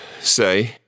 say